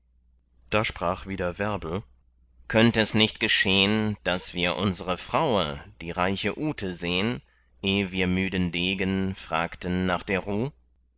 da sprach wieder werbel könnt es nicht geschehn daß wir unsre fraue die reiche ute sehn eh wir müden degen fragten nach der ruh